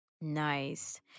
nice